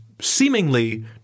seemingly